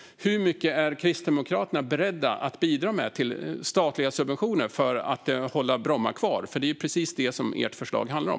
Hur mycket är Kristdemokraterna beredda att bidra med i statliga subventioner för att hålla Bromma kvar? Det är precis det som förslaget handlar om.